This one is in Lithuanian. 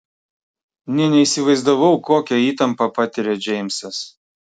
nė neįsivaizdavau kokią įtampą patiria džeimsas